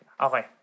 Okay